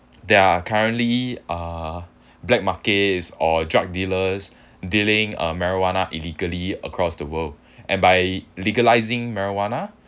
there are currently uh black markets or drug dealers dealing uh marijuana illegally across the world and by legalising marijuana